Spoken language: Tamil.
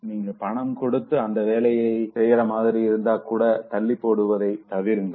நீங்க பணம் கொடுத்து அந்த வேலையை செய்யற மாதிரி இருந்தா கூட தள்ளிப் போடுவதை தவிருங்கள்